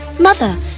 Mother